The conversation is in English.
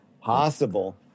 possible